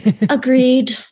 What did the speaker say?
Agreed